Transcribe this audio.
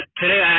today